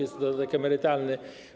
Jest to dodatek emerytalny.